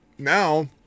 now